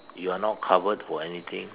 you are not covered for anything